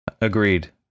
Agreed